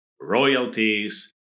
royalties